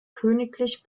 königlich